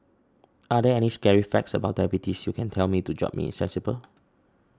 are there any scary facts about diabetes you can tell me to jolt me sensible